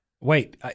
wait